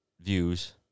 views